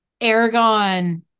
Aragon